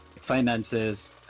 finances